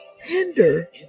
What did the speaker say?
hinder